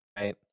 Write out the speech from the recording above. Right